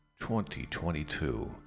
2022